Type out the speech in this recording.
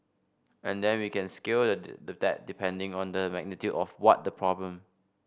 and then we can scale that depending on the magnitude of what the problem